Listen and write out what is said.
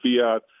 Fiat